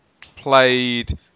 played